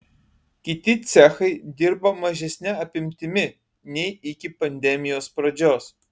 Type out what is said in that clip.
kiti cechai dirba mažesne apimtimi nei iki pandemijos pradžios